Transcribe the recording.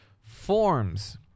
forms